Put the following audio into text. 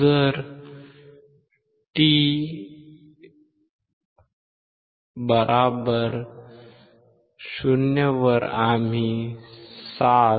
जर t 0 वर आम्ही 7